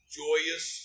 joyous